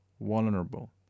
vulnerable